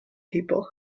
people